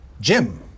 Jim